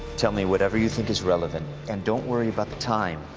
tell me whatever you think is relevant. and don't worry about the time.